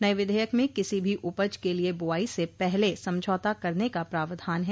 नए विधेयक में किसी भी उपज के लिए बुआई से पहले समझौता करने का प्रावधान हैं